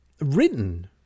written